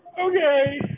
Okay